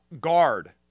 guard